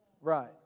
Right